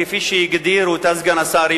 כפי שהגדיר אותה סגן השר,